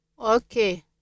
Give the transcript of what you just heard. Okay